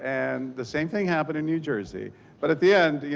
and the same thing happened in new jersey but at the end,